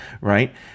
right